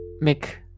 make